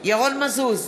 ירון מזוז,